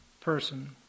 person